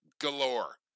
galore